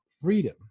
freedom